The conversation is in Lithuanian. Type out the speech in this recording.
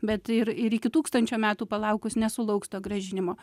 bet ir ir iki tūkstančio metų palaukus nesulauks to grąžinimo